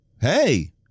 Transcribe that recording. Hey